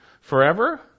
forever